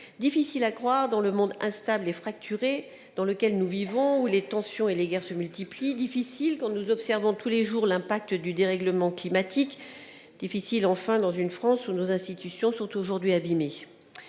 difficile à croire dans le monde instable et fracturé où nous vivons, où les tensions et les guerres se multiplient, difficile, quand nous observons tous les jours l'impact du dérèglement climatique, difficile, dans une France qui voit ses institutions abîmées.